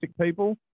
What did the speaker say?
people